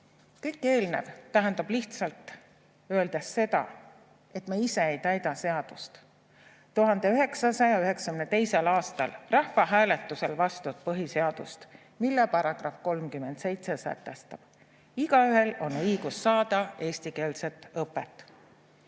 kõik eelnev tähendab lihtsalt öeldes seda, et me ise ei täida seadust, 1992. aasta rahvahääletusel vastuvõetud põhiseadust, mille § 37 sätestab, et igaühel on õigus saada eestikeelset õpet.